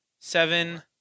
Seven